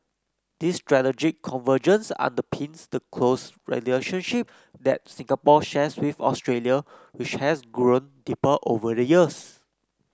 this strategic convergence underpins the close relationship that Singapore shares with Australia which has grown deeper over the years